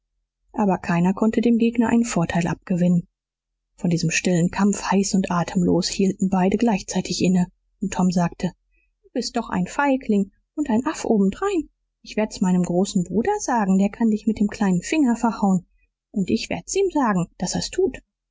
aber keiner konnte dem gegner einen vorteil abgewinnen von diesem stillen kampf heiß und atemlos hielten beide gleichzeitig inne und tom sagte du bist doch ein feigling und ein aff obendrein ich werd's meinem großen bruder sagen der kann dich mit dem kleinen finger verhauen und ich werd's ihm sagen daß er's tut